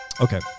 Okay